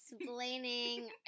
explaining